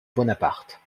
bonaparte